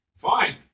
Fine